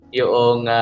yung